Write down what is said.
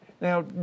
Now